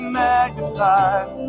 magnified